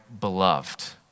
Beloved